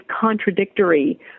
contradictory